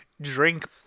drink